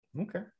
Okay